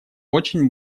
очень